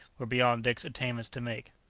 were beyond dick's attainments to make.